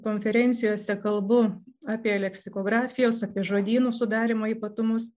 konferencijose kalbu apie leksikografijos žodynų sudarymo ypatumus